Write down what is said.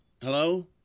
Hello